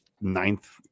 ninth